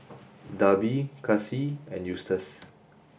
Darby Casie and Eustace